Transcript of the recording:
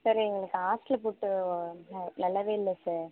sir எங்களுக்கு hostel food ந நல்லாவே இல்லை சார்